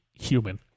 human